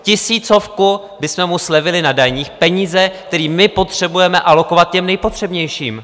Tisícovku bychom mu slevili na daních, peníze, které potřebujeme alokovat těm nejpotřebnějším.